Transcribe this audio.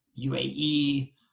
UAE